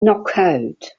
knockout